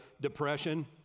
depression